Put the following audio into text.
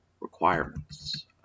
requirements